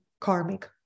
karmic